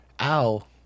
ow